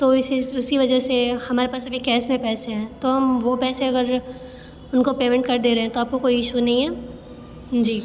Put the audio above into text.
तो उसी वजह से हमारे पास अभी कैस में पैसे हैं तो हम वो पैसे अगर उनको पेमेंट कर दे रहे हैं तो आपको कोई ईशू नहीं है जी